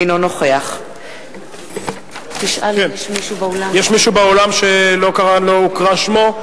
אינו נוכח יש מישהו באולם שלא הוקרא שמו?